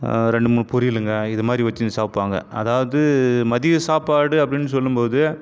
ரெண்டு மூணு பொரியலுங்கள் இது மாதிரி வச்சுன்னு சாப்பிடுவாங்க அதாவது மதிய சாப்பாடு அப்படின்னு சொல்லும் போது